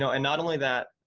so and not only that,